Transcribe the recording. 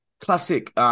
classic